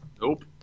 Nope